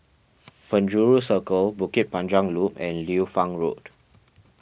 Penjuru Circle Bukit Panjang Loop and Liu Fang Road